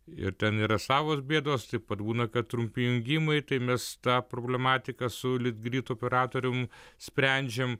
ir ten yra savos bėdos taip pat būna kad trumpi jungimai tai mes tą problematiką su litgrid operatorium sprendžiam